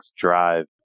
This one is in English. drive